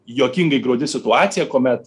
juokingai graudi situacija kuomet